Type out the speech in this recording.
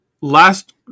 Last